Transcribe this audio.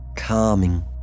calming